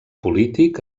polític